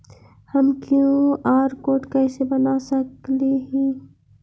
हम QR code कैसे बना सकली ही?